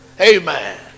Amen